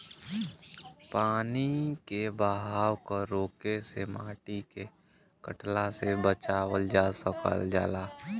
पानी के बहाव क रोके से माटी के कटला से बचावल जा सकल जाला